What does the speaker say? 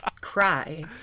cry